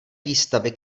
výstavy